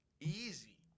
easy